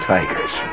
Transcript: Tigers